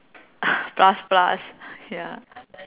plus plus ya